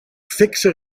fikse